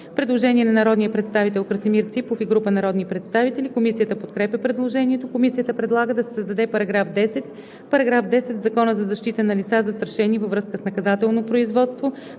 Предложение на народния представител Красимир Ципов и група народни представители. Комисията подкрепя предложението. Комисията предлага да се създаде § 10: „§ 10. В Закона за защита на лица, застрашени във връзка с наказателно производство